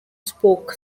spoke